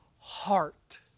heart